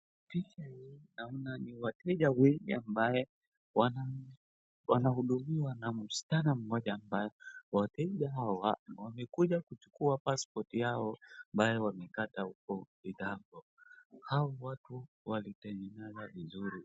Picha hii naona ni wateja wengi ambao wanahudumiwa na msichana mmoja pale. Wateja hawa wamekuja kuchukua paspoti yao ambayo wamekata huko kitambo. Hawa watu walitengeneza vizuri.